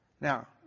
Now